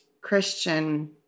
Christian